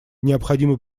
необходимо